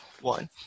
one